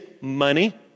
money